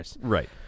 Right